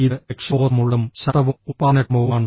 ഇത് ലക്ഷ്യബോധമുള്ളതും ശക്തവും ഉൽപ്പാദനക്ഷമവുമാണ്